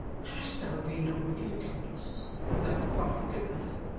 hast thou been a wicked accomplice with that profligate man?